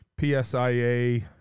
PSIA